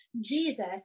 Jesus